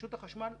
רשות מקרקעי ישראל